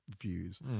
views